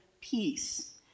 peace